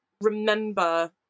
remember